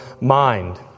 mind